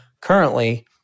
Currently